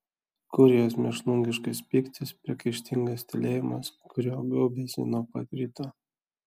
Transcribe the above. kur jos mėšlungiškas pyktis priekaištingas tylėjimas kuriuo gaubėsi nuo pat ryto